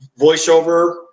voiceover